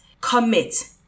Commit